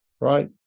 right